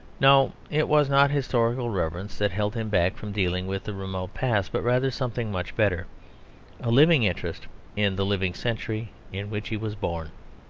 no, it was not historical reverence that held him back from dealing with the remote past but rather something much better a living interest in the living century in which he was born.